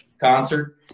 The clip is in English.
concert